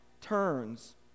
turns